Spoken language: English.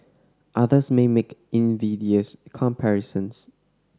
others may make invidious comparisons